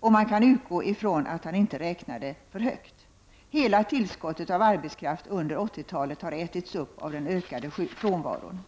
Och man kan utgå ifrån att han inte räknade för högt. Hela tillskottet av arbetskraft under 80-talet har ätits upp av den ökade frånvaron.